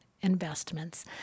investments